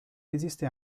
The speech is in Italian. esiste